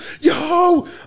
yo